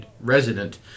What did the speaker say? resident